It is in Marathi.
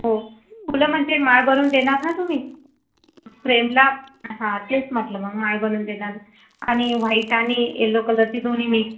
हो फुल म्हणजे माळ बनवून देणार न तुम्ही फ्रेमला हा तेच म्हटलं मग माळ बनवून देणार आणि व्हाईट आणि येलो कलर चे दोन्ही मिक्स